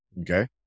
okay